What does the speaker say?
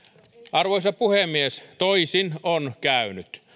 arvoisa puhemies toisin on käynyt